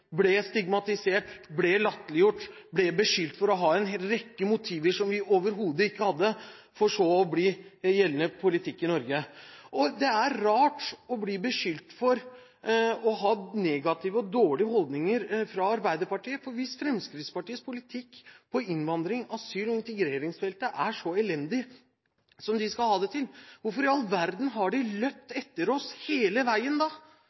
ble stigmatisert, latterliggjort og beskyldt for å ha en rekke motiver som vi overhodet ikke hadde. Så ble dette gjeldende politikk i Norge. Det er rart å bli beskyldt av Arbeiderpartiet for å ha negative og dårlige holdninger, for hvis Fremskrittspartiets politikk på innvandrings-, asyl- og integreringsfeltet er så elendig som de skal ha det til, hvorfor i all verden har de løpt etter oss hele veien da?